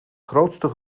grootste